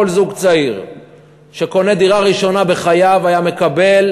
כל זוג צעיר שקונה דירה ראשונה בחייו היה מקבל,